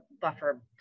buffer